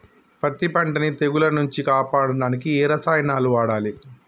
పత్తి పంటని తెగుల నుంచి కాపాడడానికి ఏ రసాయనాలను వాడాలి?